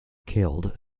killed